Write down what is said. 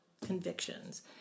convictions